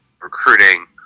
recruiting